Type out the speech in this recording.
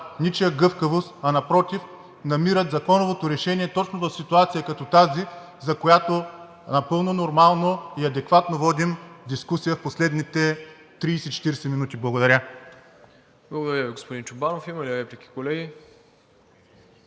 ничия гъвкавост, а напротив, намират законовото решение точно в ситуация като тази, за която напълно нормално и адекватно водим дискусия в последните 30 – 40 минути. Благодаря. ПРЕДСЕДАТЕЛ МИРОСЛАВ ИВАНОВ: Благодаря Ви, господин Чобанов. Има ли реплики, колеги?